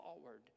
forward